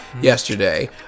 yesterday